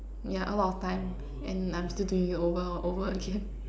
yeah a lot of time and I'm still doing it over and over again